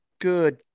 Good